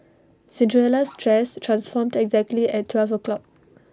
Cinderella's dress transformed exactly at twelve o'clock